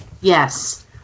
Yes